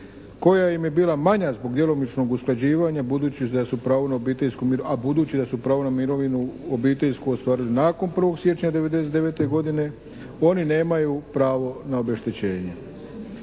da su pravo na obiteljsku mirovinu, a budući da su pravo na mirovinu obiteljsku ostvarili nakon 1. siječnja '99. godine oni nemaju pravo na obeštećenje.